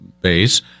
base